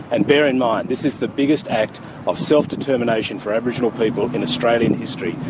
and bear in mind, this this the biggest act of self-determination for aboriginal people in australian history.